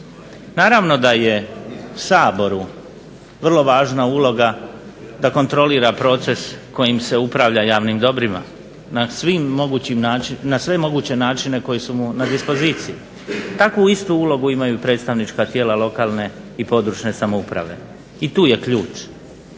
Naravno da je Saboru vrlo važna uloga da kontrolira proces kojim se upravlja javnim dobrima na sve moguće načine koji su mu na dispoziciji. Takvu istu ulogu imaju predstavnička tijela lokalne i područne samouprave. I tu je ključ.